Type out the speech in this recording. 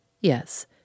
Yes